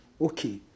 Okay